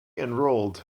enrolled